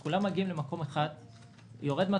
כולם מגיעים למקום אחד, נוחת מטוס,